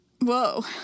Whoa